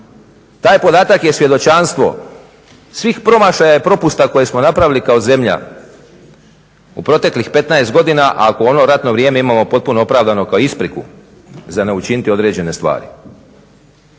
Taj podatak je svjedočanstvo svih promašaja i propusta koje smo napravili kao zemlja u proteklih 15 godina, ako ono ratno vrijeme imamo potpuno opravdano kao ispriku za ne učiniti određene stvari.